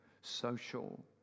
social